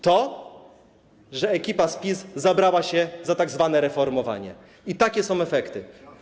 To, że ekipa z PiS zabrała się za tzw. reformowanie i takie są efekty.